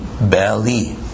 Bali